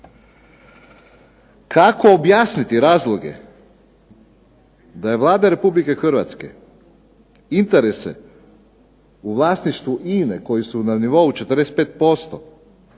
Kako objasniti razloge da je Vlada Republike Hrvatske interese u vlasništvu INA-e koji su na nivou 45%